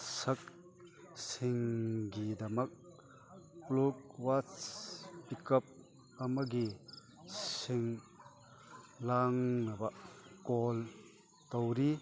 ꯄꯣꯠꯁꯛꯁꯤꯡꯒꯤꯗꯃꯛ ꯕ꯭ꯂꯛ ꯋꯥꯠꯁ pick up ꯑꯃꯒꯤ ꯁꯤꯡ ꯂꯥꯡꯅꯕ ꯀꯣꯜ ꯇꯧꯔꯤ